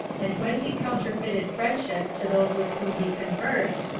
and when he counterfeited friendship to those with whom he conversed,